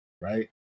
right